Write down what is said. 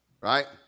Right